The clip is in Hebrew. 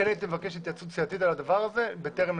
כן הייתי מבקש התייעצות סיעתית על הדבר הזה בטרם נצביע.